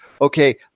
okay